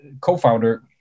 co-founder